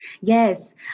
Yes